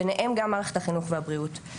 ביניהן גם מערכת החינוך והבריאות.